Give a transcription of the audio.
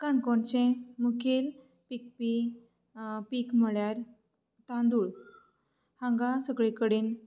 काणकोणचें मुखेल पिकपी पीक म्हणल्यार तांदूळ हांगा सगळी कडेन